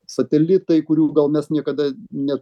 satelitai kurių gal mes niekada net